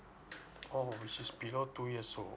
oh it is below two years old